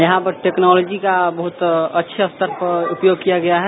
यहां पर टेक्नोलॉजी को बहत अच्छे स्तर पर उपयोग किया गया है